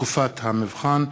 תקופת המבחן.